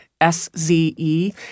S-Z-E